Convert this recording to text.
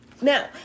Now